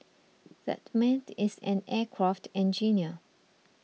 that man is an aircraft engineer